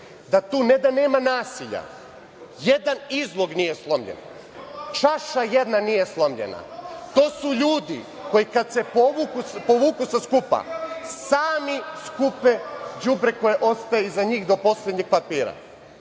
da tu ne da nema nasilja, jedan izlog nije slomljen, čaša jedna nije slomljena. To su ljudi koji kada se povuku sa skupa sami skupe đubre koje ostaje iza njih, do poslednjeg papira.